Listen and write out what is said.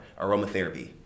aromatherapy